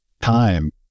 time